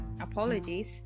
Apologies